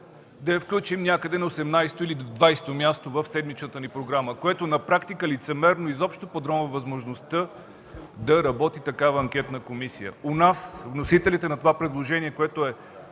да я включим някъде на 18-о или 20-о място в седмичната ни програма, което на практика лицемерно подронва възможността да работи такава анкетна комисия. У нас – вносителите на това предложение, което е